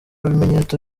bimenyetso